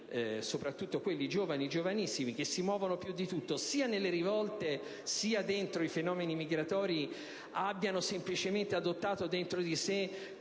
soprattutto quelli più giovani (che si muovono più degli altri, sia nelle rivolte che dentro i fenomeni migratori), abbiano semplicemente adottato dentro di sé